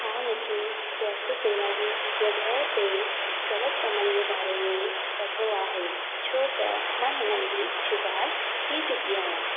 हा मूंखे स्वस्थ शेवा जी जॻहि ते ग़लति कमनि जे बारे में पतो आहे छो त मां हिननि जी शिकार थी चुकी आहियां